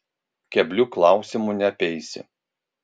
keblių klausimų neapeisi